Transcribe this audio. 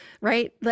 right